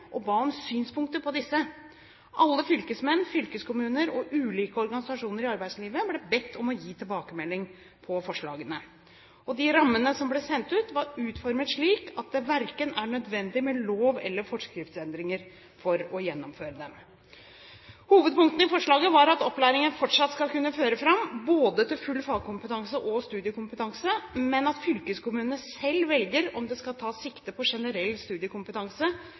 og ba om synspunkter på disse. Alle fylkesmenn, fylkeskommuner og ulike organisasjoner i arbeidslivet ble bedt om å gi tilbakemelding på forslagene. De rammene som ble sendt ut, var utformet slik at det verken er nødvendig med lov- eller forskriftsendringer for å gjennomføre dem. Hovedpunktene i forslaget var at opplæringen fortsatt skal føre fram til både full fagkompetanse og studiekompetanse, men at fylkeskommunene selv velger om det skal tas sikte på generell studiekompetanse